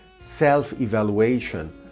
self-evaluation